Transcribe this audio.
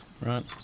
Right